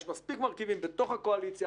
יש מספיק מרכיבים בתוך הקואליציה